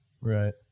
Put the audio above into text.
Right